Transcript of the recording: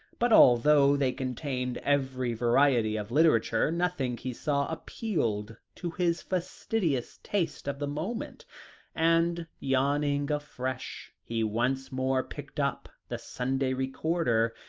but although they contained every variety of literature, nothing he saw appealed to his fastidious taste of the moment and, yawning afresh, he once more picked up the sunday recorder,